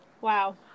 Wow